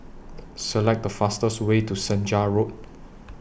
Select The fastest Way to Senja Road